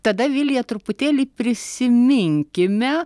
tada vilija truputėlį prisiminkime